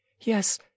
yes